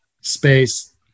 space